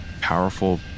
powerful